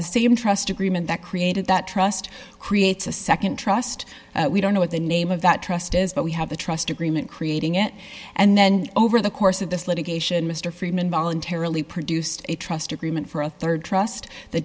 the same trust agreement that created that trust creates a nd trust we don't know what the name of that trust is but we have a trust agreement creating it and then over the course of this litigation mr freeman voluntarily produced a trust agreement for a rd trust the